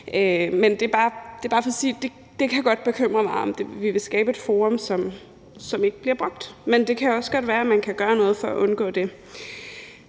godt kan bekymre mig, om vi vil skabe et forum, som ikke bliver brugt, men det kan også godt være, at man kan gøre noget for at undgå det.